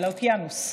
של האוקיינוס.